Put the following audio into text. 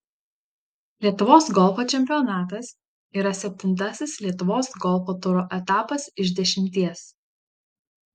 lietuvos golfo čempionatas yra septintasis lietuvos golfo turo etapas iš dešimties